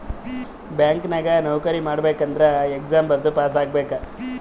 bank ನಾಗ್ ನೌಕರಿ ಮಾಡ್ಬೇಕ ಅಂದುರ್ ಎಕ್ಸಾಮ್ ಬರ್ದು ಪಾಸ್ ಆಗ್ಬೇಕ್